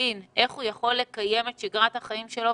יבין איך הוא יכול לקיים את שגרת החיים שלו,